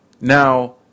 Now